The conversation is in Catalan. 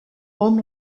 hom